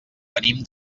venim